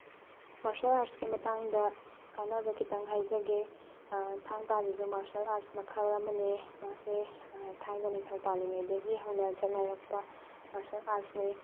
martial ꯑꯥꯔꯠꯁꯀꯤ ꯃꯇꯥꯡꯗ ꯀꯥꯟꯅꯕ ꯈꯤꯇꯪ ꯍꯥꯏꯖꯒꯦ ꯊꯥꯡ ꯇꯥꯁꯤꯁꯨ ꯃꯥꯔꯁꯦꯜ ꯑꯥꯔꯠꯁ ꯃꯈꯜ ꯑꯃꯅꯦ ꯃꯥꯁꯦ ꯊꯥꯏꯅ ꯅꯤꯡꯊꯧ ꯄꯥꯜꯂꯤꯉꯩꯗꯒꯤ ꯍꯧꯅ ꯆꯠꯅꯔꯛꯄ ꯃꯥꯔꯁꯦꯜ ꯑꯥꯔꯠꯁꯅꯦ